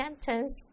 sentence